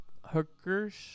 hookers